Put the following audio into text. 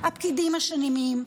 הפקידים אשמים,